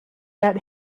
that